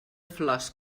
flors